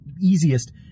easiest